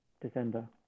December